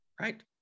right